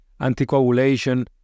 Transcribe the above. anticoagulation